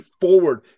forward